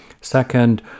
Second